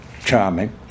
charming